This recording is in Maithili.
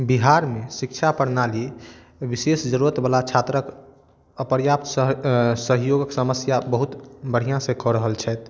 बिहारमे शिक्षा प्रणाली विशेष जरूरत बला छात्रक अपर्याप्त सहयोगक समस्या बहुत बढ़िऑं से कऽ रहल छथि